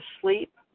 sleep